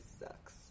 sucks